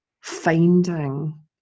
finding